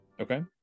Okay